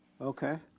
Okay